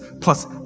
plus